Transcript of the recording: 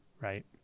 right